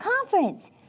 conference